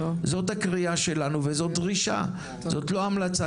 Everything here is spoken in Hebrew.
זו הקריאה שלנו וזו דרישה; זו לא המלצה.